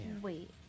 wait